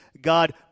God